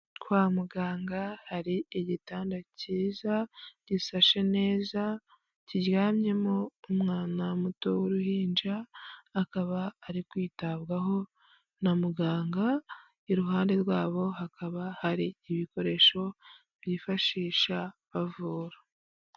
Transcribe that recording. Kwa muganga, hari igitanda cyiza gisashe neza, kiryamyemo umwana muto w'uruhinja akaba ari kwitabwaho na muganga, iruhande rwabo hakaba hari ibikoresho bifashisha bavura.